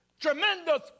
Tremendous